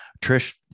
trish